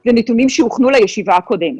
זה נתונים שהוכנו לישיבה הקודמת.